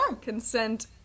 Consent